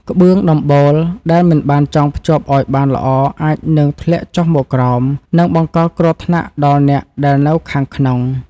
ក្បឿងដំបូលដែលមិនបានចងភ្ជាប់ឱ្យបានល្អអាចនឹងធ្លាក់ចុះមកក្រោម និងបង្កគ្រោះថ្នាក់ដល់អ្នកដែលនៅខាងក្នុង។